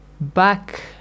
back